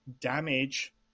damage